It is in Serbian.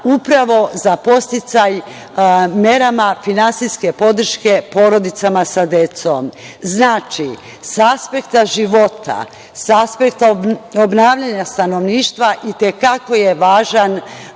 upravo za podsticaj merama finansijske podrške porodicama sa decom. Znači, sa aspekta života, sa aspekta obnavljanja stanovništva i te kako je važan